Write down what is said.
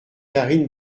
karine